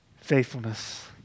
faithfulness